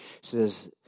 says